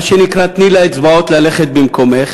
מה שנקרא, תני לאצבעות ללכת במקומך